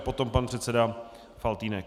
Potom pan předseda Faltýnek.